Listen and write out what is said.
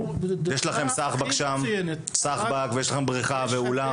יש לנו בריכה ואולם.